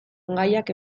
gaiak